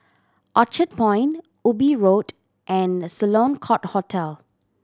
Orchard Point Ubi Road and Sloane Court Hotel